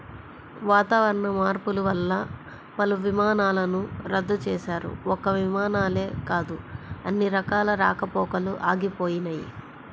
వాతావరణ మార్పులు వల్ల పలు విమానాలను రద్దు చేశారు, ఒక్క విమానాలే కాదు అన్ని రకాల రాకపోకలూ ఆగిపోయినయ్